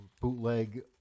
bootleg